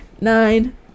nine